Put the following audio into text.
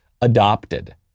adopted